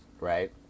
Right